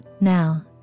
now